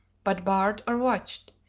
but barred or watched,